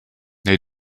nei